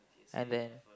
and then